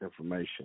information